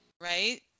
right